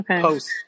post